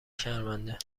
شرمنده